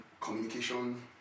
communication